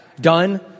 done